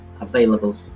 available